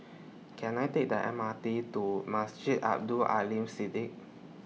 Can I Take The M R T to Masjid Abdul Aleem Siddique